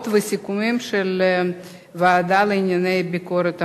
סיכומים והצעות של הוועדה לענייני ביקורת המדינה.